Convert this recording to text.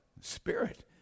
spirit